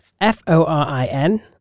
F-O-R-I-N